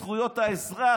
זכויות האזרח,